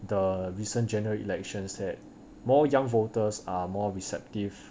the recent general elections that more young voters are more receptive